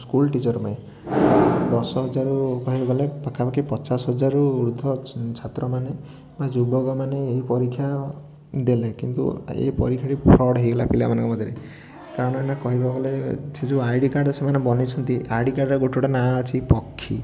school teacher ପାଇଁ ଦଶହଜାରରୁ ଉର୍ଦ୍ଧ୍ଵ ହେଇଗଲେ ପାଖାପାଖି ପଚାଶହଜାରରୁ ଉର୍ଦ୍ଧ୍ଵ ଛାତ୍ରମାନେ ବା ଯୁବକମାନେ ଏହି ପରୀକ୍ଷା ଦେଲେ କିନ୍ତୁ ଏଇ ପରୀକ୍ଷାଟି ଫ୍ରଡ଼୍ ହେଇଗଲା ପିଲାମାନଙ୍କ ମଧ୍ୟରେ ତା' ନହେଲେ କହିବାକୁ ଗଲେ ସେ ଯେଉଁ ଆଇ ଡ଼ି କାର୍ଡ଼ ସେମାନେ ବନେଇଛନ୍ତି ଆଇ ଡ଼ି କାର୍ଡ଼ର ଗୋଟେ ଗୋଟେ ନାଁ ଅଛି ପକ୍ଷୀ